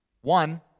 One